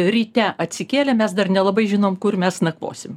ryte atsikėlę mes dar nelabai žinom kur mes nakvosim